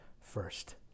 first